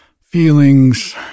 feelings